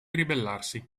ribellarsi